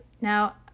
Now